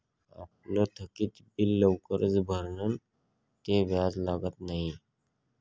आपलं थकीत बिल लवकर भरं ते व्याज लागत न्हयी